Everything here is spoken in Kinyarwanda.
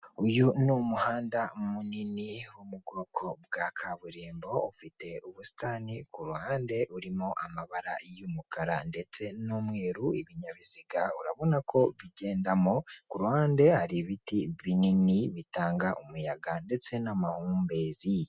U Rwanda rufite intego yo kongera umukamo n'ibikomoka ku matungo, niyo mpamvu amata bayakusanyiriza hamwe, bakayazana muri kigali kugira ngo agurishwe ameze neza yujuje ubuziranenge.